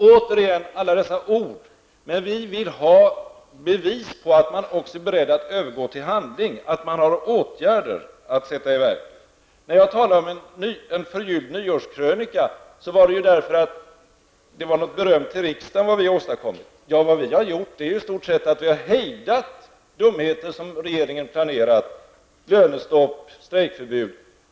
Återigen alla dessa ord! Vi vill få bevis för att regeringen verkligen är beredd att övergå från ord till handling, att den vidtar åtgärder. När jag talade om en förgylld nyårskrönika föranleddes det av Allan Larssons beröm till riksdagen för vad den hade åstadkommit. Vad vi har gjort här i riksdagen är att i stort sett ha hejdat de dumheter som regeringen planerat i form av exempelvis lönestopp och strejkförbud.